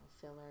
filler